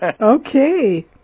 Okay